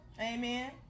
Amen